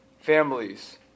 families